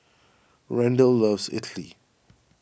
Randall loves idly